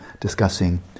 discussing